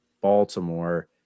Baltimore